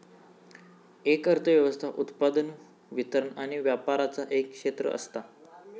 एक अर्थ व्यवस्था उत्पादन, वितरण आणि व्यापराचा एक क्षेत्र असता